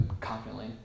confidently